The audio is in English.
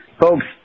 Folks